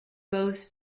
both